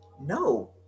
no